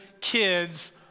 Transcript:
kids